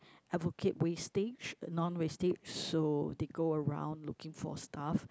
advocate wastage non wastage so they go around looking for stuff